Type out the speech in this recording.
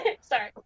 Sorry